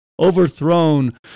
overthrown